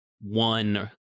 one